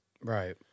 Right